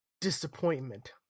disappointment